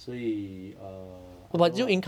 所以 uh I don't know lah